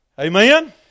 Amen